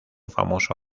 famoso